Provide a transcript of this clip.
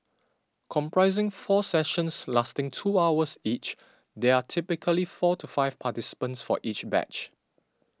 comprising four sessions lasting two hours each there are typically four to five participants for each batch